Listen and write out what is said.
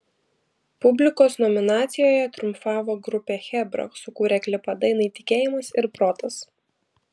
publikos nominacijoje triumfavo grupė chebra sukūrę klipą dainai tikėjimas ir protas